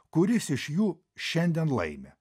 kuris iš jų šiandien laimi